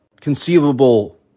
conceivable